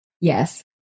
Yes